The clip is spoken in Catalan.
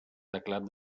teclat